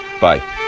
Bye